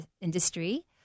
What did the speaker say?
industry